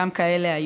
גם כאלה היו.